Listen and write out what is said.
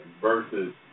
versus